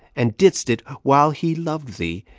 and didst it while he loved thee,